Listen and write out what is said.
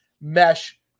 mesh